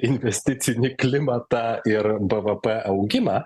investicinį klimatą ir bvp augimą